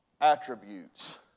attributes